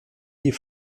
die